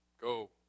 Go